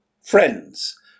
Friends